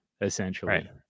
essentially